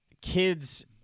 kids